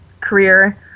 career